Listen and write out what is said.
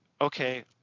okay